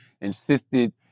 insisted